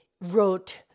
wrote